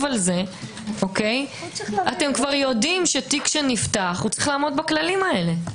על זה - אתם יודעים שתיק שנפתח צריך לעמוד בכללים האלה.